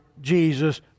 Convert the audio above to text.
Jesus